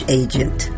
agent